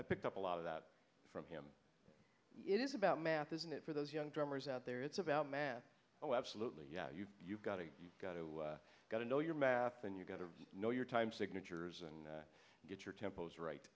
i picked up a lot of that from him it is about math isn't it for those young drummers out there it's about math oh absolutely yeah you you've got to you've got to got to know your math and you've got to know your time signatures and get your tempos right